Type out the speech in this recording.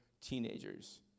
teenagers